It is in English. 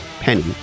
penny